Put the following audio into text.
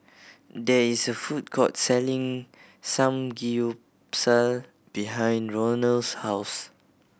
there is a food court selling Samgeyopsal behind Ronald's house